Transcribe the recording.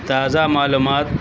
تازہ معلومات